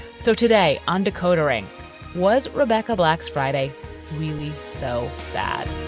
so today undercoating, was rebecca black's friday really so bad?